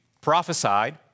prophesied